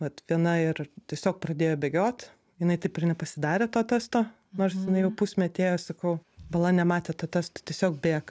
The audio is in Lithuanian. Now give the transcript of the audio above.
vat viena ir tiesiog pradėjo bėgiot jinai taip ir nepasidarė to testo nors jinai jau pusmetį ėjo sakau bala nematė to testo tu tiesiog bėk